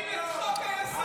את חוק-היסוד,